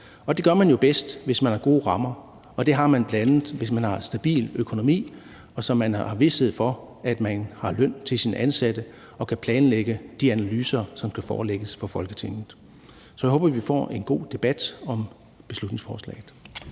det gør man jo bedst, hvis man har gode rammer, og det har man bl.a., hvis man har en stabil økonomi og man har vished for, at man har løn til sine ansatte og kan planlægge de analyser, som kan forelægges for Folketinget. Så jeg håber, at vi får en god debat om beslutningsforslaget.